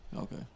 Okay